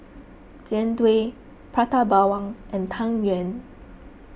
Jian Dui Prata Bawang and Tang Yuen